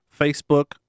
Facebook